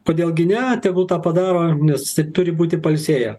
kodėl gi ne tegul tą padaro nes turi būti pailsėję